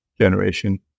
generation